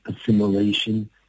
assimilation